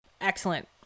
excellent